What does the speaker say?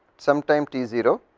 sometimes t zero